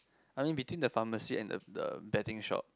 I mean between the pharmacy and the the betting shop